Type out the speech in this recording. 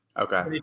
Okay